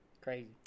Crazy